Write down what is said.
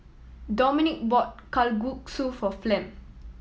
Dominic bought Kalguksu for Flem